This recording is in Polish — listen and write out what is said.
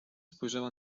spojrzała